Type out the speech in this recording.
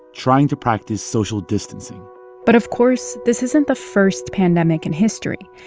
trying to practice social distancing but of course, this isn't the first pandemic in history.